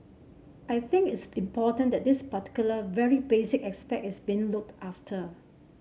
I think it's important that this particular very basic aspect is being looked after